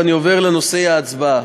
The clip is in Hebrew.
ואני עובר לנושאי ההצבעה.